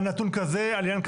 על נתון כזה, על עניין כזה.